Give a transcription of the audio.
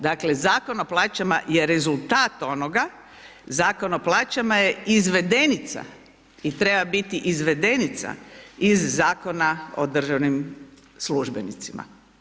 Dakle, Zakon o plaćama je rezultat onoga, Zakon o plaćama je izvedenica i treba biti i izvedenica iz Zakona o državnim službenicima.